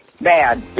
bad